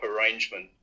arrangement